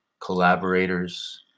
collaborators